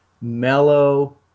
mellow